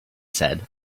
said